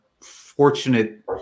fortunate